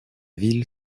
ville